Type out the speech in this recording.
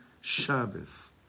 Shabbos